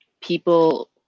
people